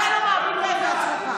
אתה לא מאמין לעצמך.